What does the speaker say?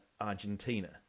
Argentina